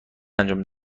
انجام